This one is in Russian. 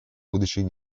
будущих